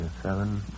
seven